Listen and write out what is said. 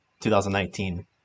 2019